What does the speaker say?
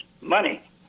money